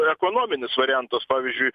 ekonominis variantas pavyzdžiui